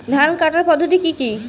ধান কাটার পদ্ধতি কি কি?